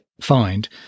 find